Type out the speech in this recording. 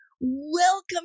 welcome